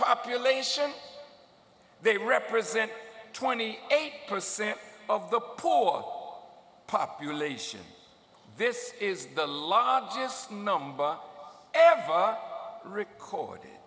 population they represent twenty eight percent of the poor population this is the largest number ever recorded